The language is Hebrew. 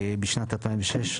בשנת 2006,